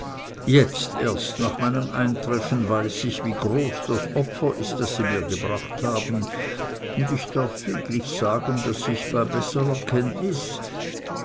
jetzt erst nach meinem eintreffen weiß ich wie groß das opfer ist das sie mir gebracht haben und ich darf füglich sagen daß ich bei besserer kenntnis